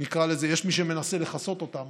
יש מי שמנסה לכסות אותם,